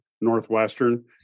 Northwestern